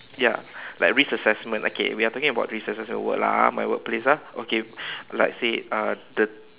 ya like risk assessment okay we are talking about risk assessment at work lah ah my workplace ah okay like say uh the